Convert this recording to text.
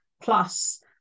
plus